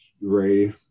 Ray